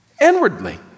Inwardly